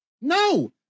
No